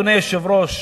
אדוני היושב-ראש,